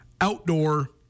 outdoor